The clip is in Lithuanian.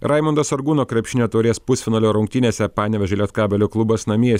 raimundo sargūno krepšinio taurės pusfinalio rungtynėse panevėžio lietkabelio klubas namie